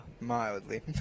mildly